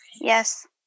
Yes